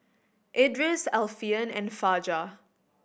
Idris Alfian and Fajar